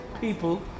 people